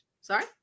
Sorry